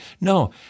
No